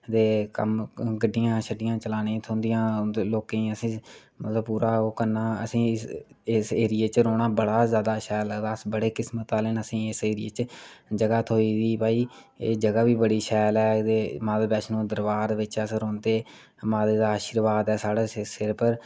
ते गड्डियां शड्डियां चलानें गी थ्होंदियां लोकें असें ओह्दा पूरा ओह् करना असें इस एरिये च रौह्ना बड़ा शैल लगदा अस बड़े किस्मत आह्ले न असेंगी इस एरिये च जगाह् थ्होई दी भाई जगह् बी बड़ी सैल ऐ ते माता बैष्णो दरवार बिच्च अस रौंह्दे माता दा आशिर्वाद ऐ साढ़े सिर पर